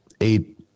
eight